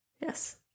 Yes